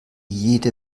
jede